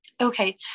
Okay